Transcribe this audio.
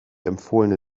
empfohlene